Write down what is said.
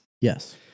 Yes